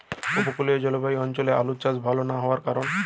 উপকূলীয় জলবায়ু অঞ্চলে আলুর চাষ ভাল না হওয়ার কারণ?